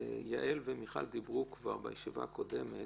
יעל ומיכל דיברו כבר בישיבה הקודמת.